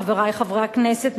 חברי חברי הכנסת,